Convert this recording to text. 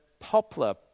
popular